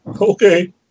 Okay